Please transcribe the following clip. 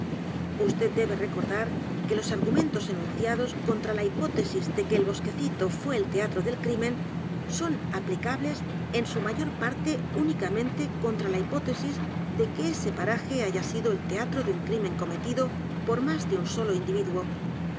vd debe recordar que los argumentos enunciados contra la hipótesis de que el bosquecito fué el teatro del crimen son aplicables en su mayor parte únicamente contra la hipótesis de que ese paraje haya sido el teatro de un crimen cometido por más de un solo individuo